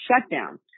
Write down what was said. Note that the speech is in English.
shutdown